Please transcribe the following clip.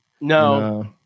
No